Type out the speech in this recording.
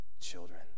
children